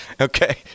Okay